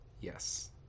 yes